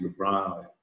LeBron